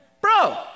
Bro